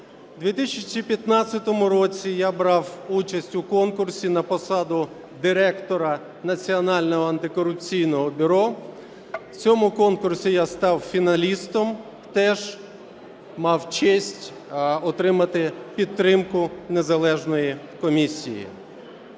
2015 році я брав участь у конкурсі на посаду Директора Національного антикорупційного бюро. В цьому конкурсі я став фіналістом теж, мав честь отримати підтримку незалежної комісії.